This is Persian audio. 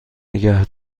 نگه